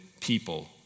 people